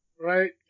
Right